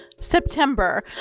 September